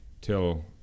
Till